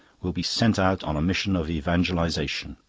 will be sent out on a mission of evangelisation.